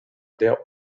der